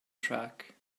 track